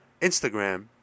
Instagram